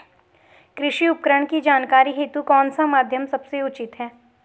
कृषि उपकरण की जानकारी हेतु कौन सा माध्यम सबसे उचित है?